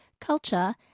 culture